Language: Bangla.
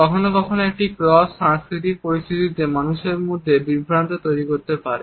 কখনও কখনও এটি ক্রস সাংস্কৃতিক পরিস্থিতিতে মানুষের মধ্যে বিভ্রান্তি তৈরি করতে পারে